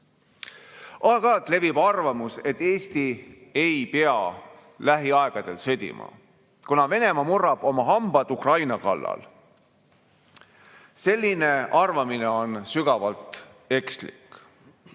levib arvamus, et Eesti ei pea lähiaegadel sõdima, kuna Venemaa murrab oma hambad Ukraina kallal. Selline arvamine on sügavalt ekslik.